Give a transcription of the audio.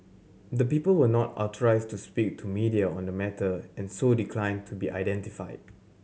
the people were not authorised to speak to media on the matter and so declined to be identified